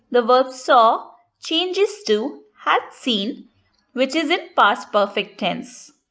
the verb saw changes to had seen which is in past perfect tense.